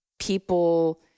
people